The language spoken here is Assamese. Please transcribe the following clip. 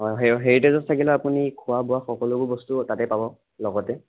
অঁ হেৰিটেজত থাকিলে আপুনি খোৱা বোৱা সকলোবোৰ বস্তু তাতে পাব লগতে